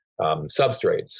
substrates